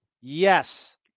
Yes